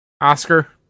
Oscar